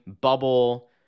bubble